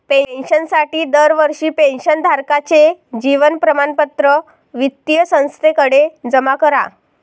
पेन्शनसाठी दरवर्षी पेन्शन धारकाचे जीवन प्रमाणपत्र वित्तीय संस्थेकडे जमा करा